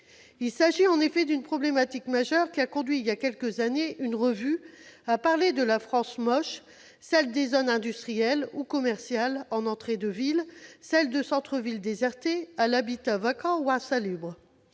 Il s'agit en effet d'une problématique majeure qui a conduit une revue, il y a quelques années, à parler de la « France moche », celle des zones industrielles ou commerciales en entrée de ville, celle de centres-villes désertés, à l'habitat vacant ou insalubre.